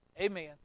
Amen